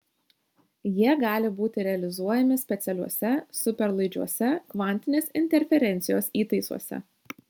jie gali būti realizuojami specialiuose superlaidžiuose kvantinės interferencijos įtaisuose